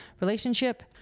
relationship